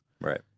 Right